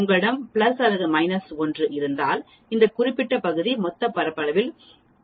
உங்களிடம் பிளஸ் அல்லது மைனஸ் 1 இருந்தால் இந்த குறிப்பிட்ட பகுதி மொத்த பரப்பளவில் 68